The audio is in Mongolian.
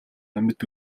амьд